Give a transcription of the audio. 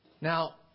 Now